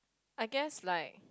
I guess like